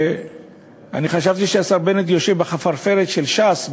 אני חשבתי שהשר בנט יושב כחפרפרת של ש"ס,